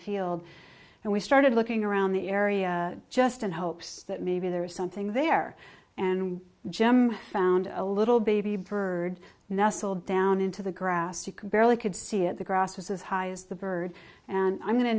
field and we started looking around the area just in hopes that maybe there was something there and jim found a little baby bird nestled down into the grass you could barely could see it the grass was as high as the bird and i'm going to